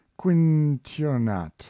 Quintionat